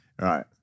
right